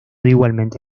igualmente